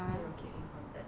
还有 keep in contact